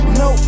no